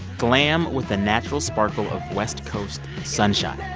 glam with a natural sparkle of west coast sunshine.